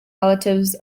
relatives